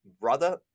brother